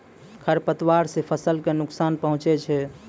खरपतवार से फसल क नुकसान पहुँचै छै